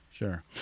Sure